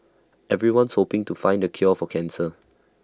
everyone's hoping to find the cure for cancer